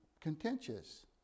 contentious